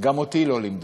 גם אותי לא לימדו,